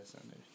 sunday